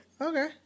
okay